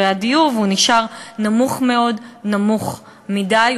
ויוקר המחיה רק מאמיר ומכביד על תושבי ישראל,